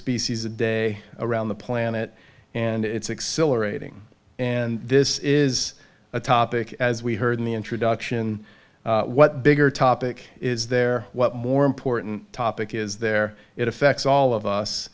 species a day around the planet and it's exhilarating and this is a topic as we heard in the introduction what bigger topic is there more important topic is there it affects all of us